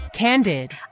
Candid